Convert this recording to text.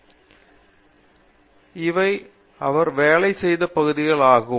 பேராசிரியர் பிரதாப் ஹரிதாஸ் இவை அவர் வேலை செய்யும் பகுதிகள் ஆகும்